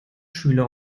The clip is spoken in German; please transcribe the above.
schüler